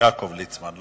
יעקב ליצמן.